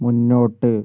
മുന്നോട്ട്